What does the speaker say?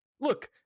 look